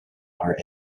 are